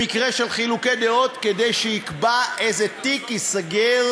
במקרה של חילוקי דעות, והוא יקבע איזה תיק ייסגר